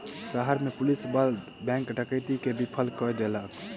शहर में पुलिस बल बैंक डकैती के विफल कय देलक